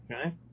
Okay